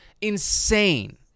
insane